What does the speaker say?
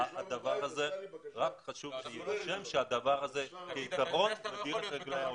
רק עכשיו הצלחתי להתחבר.